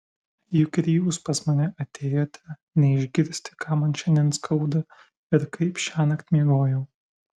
juk ir jūs pas mane atėjote ne išgirsti ką man šiandien skauda ir kaip šiąnakt miegojau